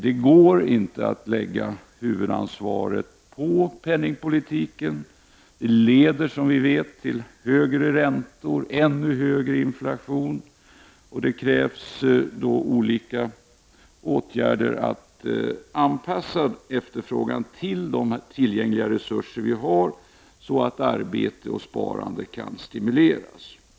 Det går inte att lägga huvudansvaret på penningpolitiken, för det leder till högre räntor och ännu högre inflation. Det krävs olika åtgärder för att anpassa efterfrågan till tillgängliga resurser så att arbete och sparande kan stimuleras.